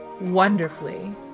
wonderfully